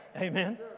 Amen